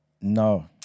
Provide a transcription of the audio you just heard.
No